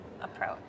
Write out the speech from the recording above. approach